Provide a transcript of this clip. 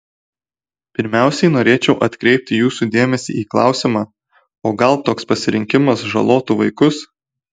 pirmiausiai norėčiau atkreipti jūsų dėmesį į klausimą o gal toks pasirinkimas žalotų vaikus